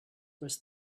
was